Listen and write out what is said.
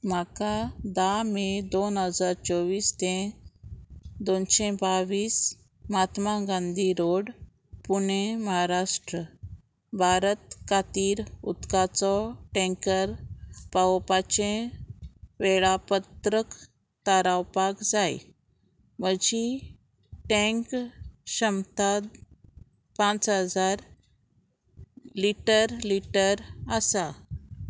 म्हाका धा मे दोन हजार चोवीस ते दोनशे बावीस महात्मा गांधी रोड पुणे महाराष्ट्र भारत खातीर उदकाचो टेंकर पावोवपाचें वेळापत्रक थारावपाक जाय म्हजी टेंक क्षमता पांच हजार लिटर लिटर आसा